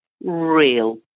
real